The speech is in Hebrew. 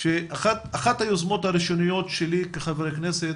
שאחת היוזמות הראשונות שלי כחבר כנסת